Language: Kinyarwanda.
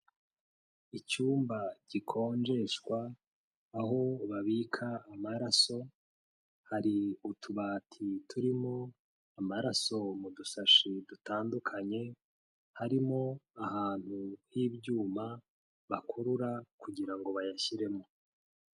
Icyumba gikonjeshwa, aho babika amaraso, hari utubati turimo amaraso mu dusashi dutandukanye, harimo ahantu h'ibyuma bakurura kugirango bayashyiremo.